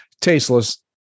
tasteless